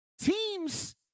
teams